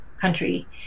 country